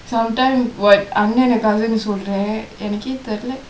sometime what அண்ணண்ணா:annanna cousin சொல்றேன் எனக்கே தெரியல:solren enakke theriyala